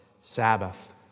Sabbath